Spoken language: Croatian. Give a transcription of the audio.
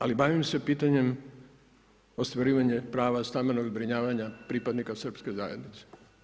Ali bavim se pitanjem ostvarivanje prava stambenog zbrinjavanja pripadnike srpske zajednice.